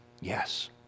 Yes